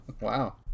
Wow